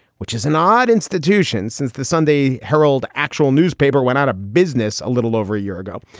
which is an odd institution since the sunday herald actual newspaper went out of business a little over a year ago.